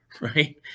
Right